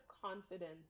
confidence